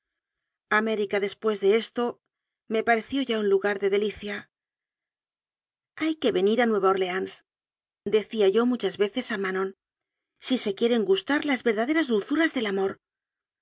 américa después de esto me pareció ya un lugar de delicia hay que venir a nueva orleánsdecía yo muchas veces a manon si se quieren gustar las verdaderas dulzuras del amor